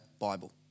Bible